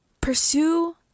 pursue